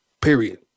Period